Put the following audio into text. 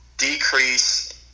decrease